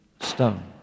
stone